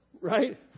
right